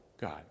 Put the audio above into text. God